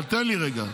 אבל תן לי רגע.